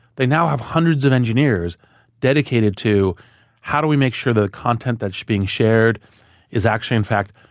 they now have hundreds of engineers dedicated to how do we make sure the content that's being shared is actually, in fact,